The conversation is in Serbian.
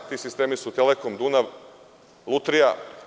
Ti sistemi su „Telekom“, „Dunav“, „Lutrija“